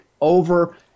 over